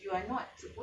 ya lah